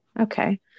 Okay